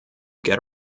get